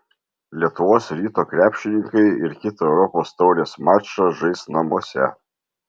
lietuvos ryto krepšininkai ir kitą europos taurės mačą žais namuose